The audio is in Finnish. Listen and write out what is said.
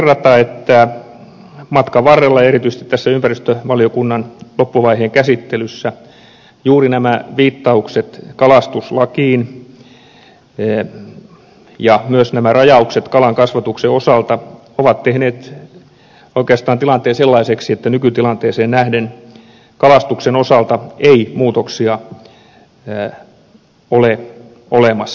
voin kerrata että matkan varrella ja erityisesti tässä ympäristövaliokunnan loppuvaiheen käsittelyssä juuri nämä viittaukset kalastuslakiin ja myös rajaukset kalankasvatuksen osalta ovat tehneet oikeastaan tilanteen sellaiseksi että nykytilanteeseen nähden kalastuksen osalta ei muutoksia ole olemassa